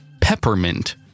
Peppermint